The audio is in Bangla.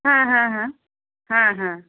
হ্যাঁ হ্যাঁ হ্যাঁ হ্যাঁ হ্যাঁ